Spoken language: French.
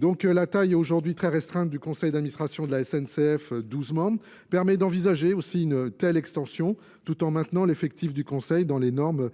conséquent, taille aujourd'hui très restreinte du conseil d'administration de la n c f douze membres permett d'envisager aussi une telle extension tout en maintenant l'effectif du conseil dans les normes